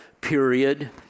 period